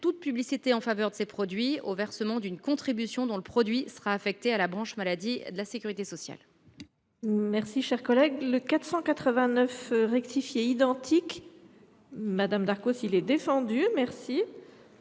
toute publicité en faveur de ces produits au versement d’une contribution dont les recettes seront affectées à la branche maladie de la sécurité sociale.